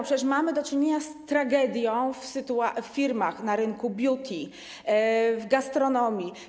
Przecież mamy do czynienia z tragedią w firmach na rynku beauty, w gastronomii.